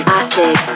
acid